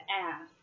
ask